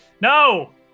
No